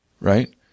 Right